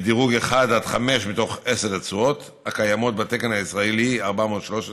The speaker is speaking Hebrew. רצועות בדירוג 1 5 מתוך עשר רצועות הקיימות בתקן ישראלי 413,